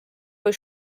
kui